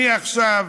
אני עכשיו